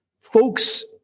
folks